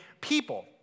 people